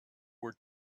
were